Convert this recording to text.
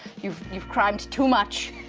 you've, you've crimed too much.